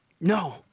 No